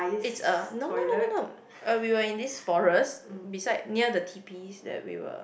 it's a no no no no no uh we were in this forest beside near the teepees that we were